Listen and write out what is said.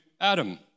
Adam